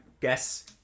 guess